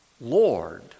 Lord